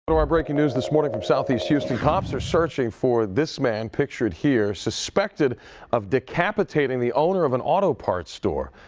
breaking news this morning from southeast houston, cops are searching for this man pictured here suspected of decapitating the owner of an auto parts store.